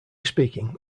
speaking